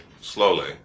slowly